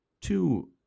two